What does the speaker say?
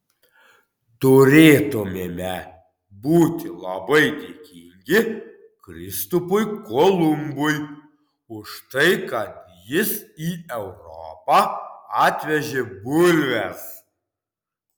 turėtumėme būti labai dėkingi kristupui kolumbui už tai kad jis į europą atvežė bulves